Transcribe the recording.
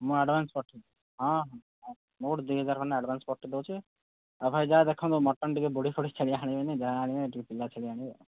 ମୁଁ ଆଡ଼ଭାନ୍ସ ହଁ ମୁଁ ଗୋଟେ ଦୁଇ ହଜାର ଖଣ୍ଡେ ଆଡ଼ଭାନ୍ସ ପଠାଇଦେଉଛି ଆଉ ଭାଇ ଯାହା ଦେଖନ୍ତୁ ମଟନ୍ ଟିକିଏ ବୁଢ଼ୀ ଫୁଡ଼ି ଛେଳି ଆଣିବେନି ଯାହା ଆଣିବେ ଟିକିଏ ପିଲା ଛେଳି ଆଣିବେ